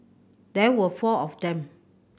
there were four of them